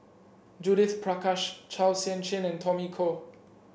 Judith Prakash Chua Sian Chin and Tommy Koh